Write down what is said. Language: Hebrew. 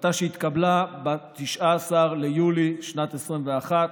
ההחלטה שהתקבלה ב-19 ביולי שנת 2021,